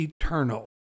eternal